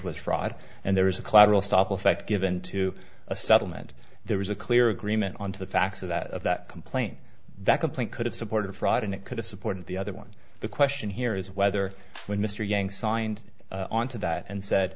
was fraud and there was a collateral stop effect given to a settlement there was a clear agreement on to the facts of that of that complaint that complaint could have supported fraud and it could have supported the other one the question here is whether when mr yang signed on to that and said